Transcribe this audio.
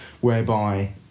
whereby